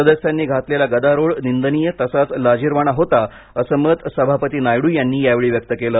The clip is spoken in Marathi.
सदस्यांनी घातलेला गदारोळ निंदनीय तसंच लाजीरवाणा होता असं मत सभापती नायडू यांनी या वेळी व्यक्त केलं